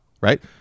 right